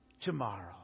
tomorrow